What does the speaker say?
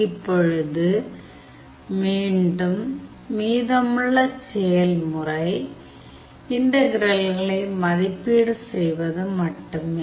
இப்பொழுது மீண்டும் மீதமுள்ள செயல்முறை இன்டகிரல்களை மதிப்பீடு செய்வது மட்டுமே